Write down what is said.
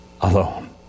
alone